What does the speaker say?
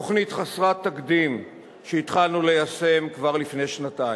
תוכנית חסרת תקדים שהתחלנו ליישם כבר לפני שנתיים.